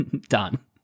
done